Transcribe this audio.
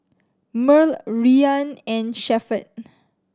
Murl Rian and Shepherd